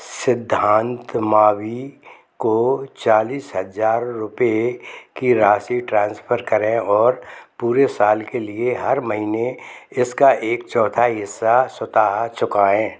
सिद्धांत मावी को चालीस हज़ार रूपये की राशि ट्रांसफर करें और पूरे साल के लिए हर महीने इसका एक चौथाई हिस्सा स्वतः चुकाएँ